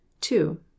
Two